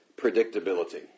predictability